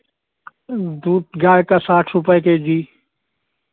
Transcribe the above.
दूध गाय का साठ रुपए के जी